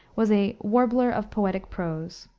was a warbler of poetic prose.